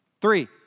Three